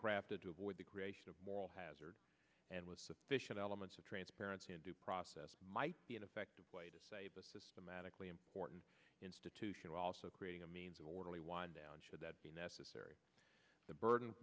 crafted to avoid the creation of moral hazard and with sufficient elements of transparency in due process might be an effective way to save a systematically important institution also creating a means of orderly wind down should that be necessary the burden